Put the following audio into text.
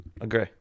Agree